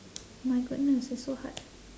my goodness it's so hard